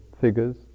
figures